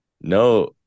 No